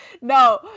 No